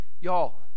y'all